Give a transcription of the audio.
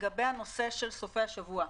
לגבי הנושא של סופי השבוע.